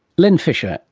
len fisher,